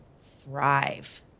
thrive